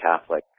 Catholic